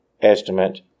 estimate